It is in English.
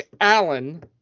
Allen